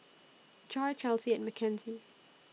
Joy Chelsy and Mackenzie